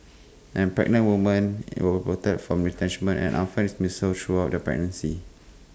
and pregnant woman will protected from retrenchment and unfair dismissal throughout the pregnancy